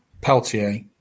Peltier